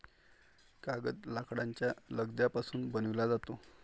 कागद लाकडाच्या लगद्यापासून बनविला जातो